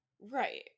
Right